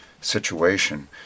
situation